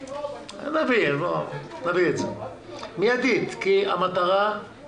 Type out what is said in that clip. נביא את זה מיידית, כי אני